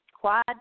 quad